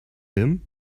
him